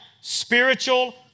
Spiritual